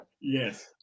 Yes